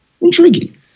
Intriguing